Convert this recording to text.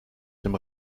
dem